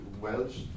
Welsh